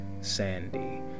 sandy